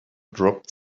dropped